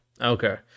okay